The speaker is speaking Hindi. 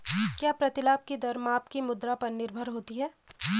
क्या प्रतिलाभ की दर माप की मुद्रा पर निर्भर होती है?